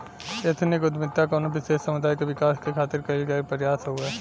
ethnic उद्दमिता कउनो विशेष समुदाय क विकास क खातिर कइल गइल प्रयास हउवे